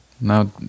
now